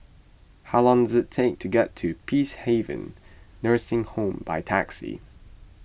how long does it take to get to Peacehaven Nursing Home by taxi